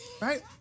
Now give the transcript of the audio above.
Right